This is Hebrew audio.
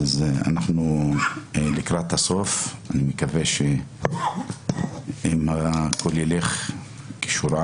אנחנו לקראת הסוף ואני מקווה שאם הכול ילך כשורה